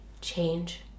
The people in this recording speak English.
change